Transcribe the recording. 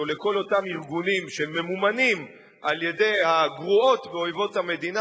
או לכל אותם ארגונים שממומנים על-ידי הגרועות באויבות המדינה,